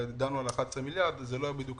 כשדנו פה על ה-11 מיליארד בפעם שעברה, זה לא קרה.